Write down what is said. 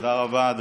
תודה רבה.